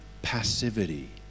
passivity